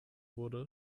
wurde